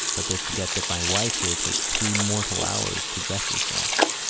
but they forget that my wife here takes three mortal hours to dress herself.